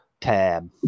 tab